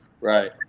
right